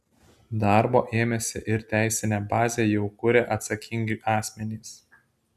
darbo ėmėsi ir teisinę bazę jau kuria atsakingi asmenys